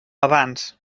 abans